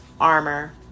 armor